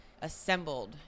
assembled